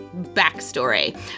backstory